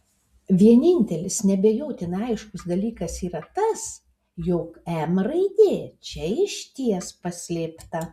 vienintelis neabejotinai aiškus dalykas yra tas jog m raidė čia išties paslėpta